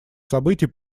событий